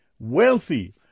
Wealthy